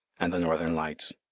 and the northern lights.